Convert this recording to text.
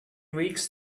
weeks